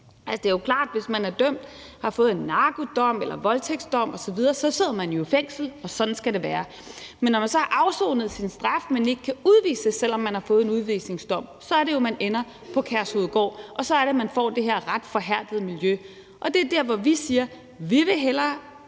Altså, det er jo klart, at hvis man er dømt, hvis man har fået en narkodom eller en voldtægtsdom osv., sidder man jo i fængsel, og sådan skal det være. Men når man så har afsonet sin straf, men ikke kan udvises, selv om man har fået en udvisningsdom, så er det jo, man ender på Kærshovedgård, og så er det, man får det her ret forhærdede miljø. Og det er der, hvor vi siger: Vi vil hellere